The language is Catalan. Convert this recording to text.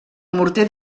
morter